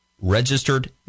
registered